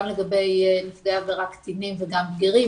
גם לגבי קטינים וגם בגירים.